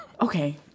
okay